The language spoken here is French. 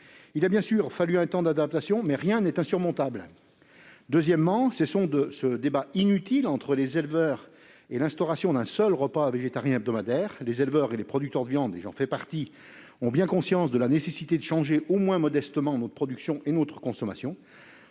il a bien entendu fallu un temps d'adaptation ; mais rien n'est insurmontable. En deuxième lieu, cessons d'entretenir cette opposition stérile entre les éleveurs et l'instauration d'un seul repas végétarien hebdomadaire. Les éleveurs et les producteurs de viande, dont je fais partie, ont bien conscience de la nécessité de changer, au moins modestement, notre production et notre consommation.